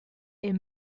est